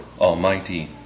Almighty